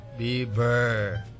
Bieber